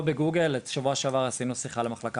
או בגוגל בשבוע שעבר עשינו שיחת מחלקה